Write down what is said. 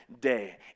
day